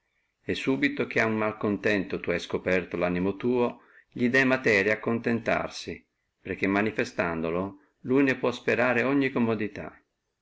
e subito che a uno mal contento tu hai scoperto lanimo tuo li dài materia a contentarsi perché manifestamente lui ne può sperare ogni commodità